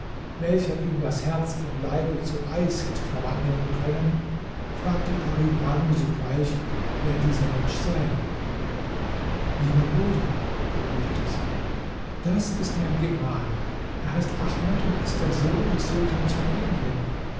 welcher ihm das herz im leibe zu eis hätte verwandeln können fragte pari banu sogleich wer dieser mensch sei lieber bruder erwiderte sie das ist mein gemahl er heißt ahmed und ist der sohn des sultans von indien